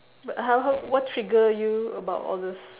but what trigger you about all these